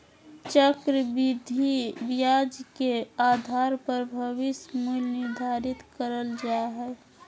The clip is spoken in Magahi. चक्रविधि ब्याज के आधार पर भविष्य मूल्य निर्धारित करल जा हय